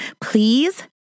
Please